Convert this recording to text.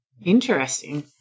Interesting